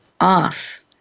off